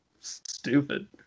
stupid